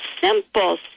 simple